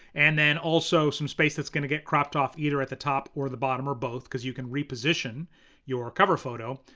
and then also some space is gonna get cropped off either at the top or the bottom or both, cause you can reposition your cover photo,